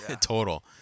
total